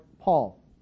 Paul